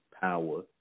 power